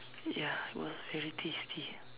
ya it was very tasty